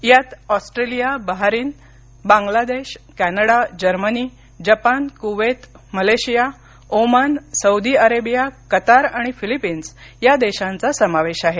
यात Australia Bahrain Bangladesh Canada Germany Japan Kuwait Malaysia Oman Saudi Arabia Qatar आणि Philippines या देशांचा समावेश आहे